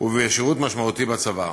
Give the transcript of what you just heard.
ובשירות משמעותי בצבא.